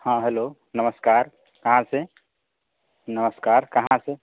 हाँ हेलो नमस्कार कहाँ से नमस्कार कहाँ से